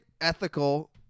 ethical